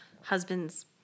husband's